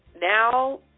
now